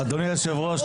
אדוני היושב-ראש,